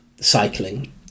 cycling